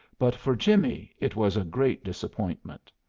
but for jimmie it was a great disappointment.